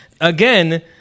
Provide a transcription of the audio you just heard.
Again